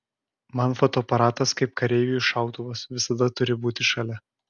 man fotoaparatas kaip kareiviui šautuvas visada turi būti šalia